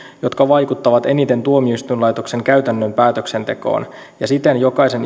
jotka vaikuttavat eniten tuomioistuinlaitoksen käytännön päätöksentekoon ja siten